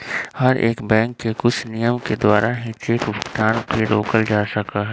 हर एक बैंक के कुछ नियम के द्वारा ही चेक भुगतान के रोकल जा सका हई